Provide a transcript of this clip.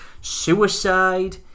suicide